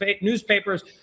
newspapers